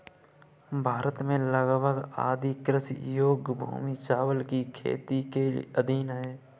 भारत में लगभग आधी कृषि योग्य भूमि चावल की खेती के अधीन है